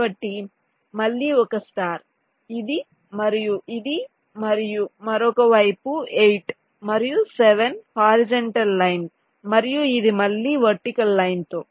కాబట్టి మళ్ళీ ఒక స్టార్ ఇది మరియు ఇది మరియు మరొక వైపు 8 మరియు 7 హారిజంటల్ లైన్ మరియు ఇది మళ్ళీ వర్టికల్ లైన్ తో